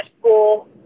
school